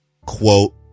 quote